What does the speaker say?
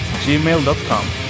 gmail.com